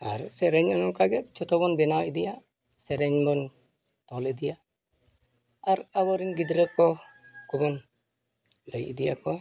ᱟᱨ ᱥᱮᱨᱮᱧ ᱚᱱᱠᱟᱜᱮ ᱡᱚᱛᱚ ᱵᱚᱱ ᱵᱮᱱᱟᱣ ᱤᱫᱤᱭᱟ ᱥᱮᱨᱮᱧ ᱵᱚᱱ ᱚᱞ ᱤᱫᱤᱭᱟ ᱟᱨ ᱟᱵᱚ ᱨᱮᱱ ᱜᱤᱫᱽᱨᱟᱹ ᱠᱚᱵᱚᱱ ᱞᱟᱹᱭ ᱤᱫᱤ ᱟᱠᱚᱣᱟ